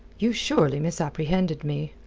you surely misapprehend me.